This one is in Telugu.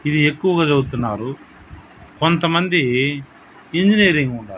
ఇది ఎక్కువగా చదువుతున్నారు కొంతమంది ఇంజినీరింగ్ ఉన్నారు